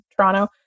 Toronto